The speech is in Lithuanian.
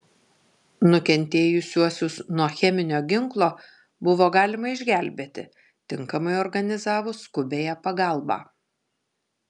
nukentėjusiuosius nuo cheminio ginklo buvo galima išgelbėti tinkamai organizavus skubiąją pagalbą